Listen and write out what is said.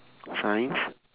science